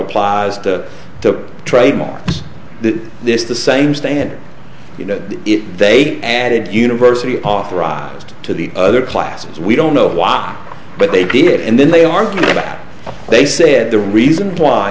applies to the trademark the this the same standard you know if they added university authorized to the other classes we don't know why but they did and then they argued about they said the reason why